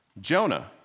Jonah